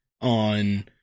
on